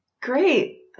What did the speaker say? Great